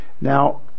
Now